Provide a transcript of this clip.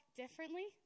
differently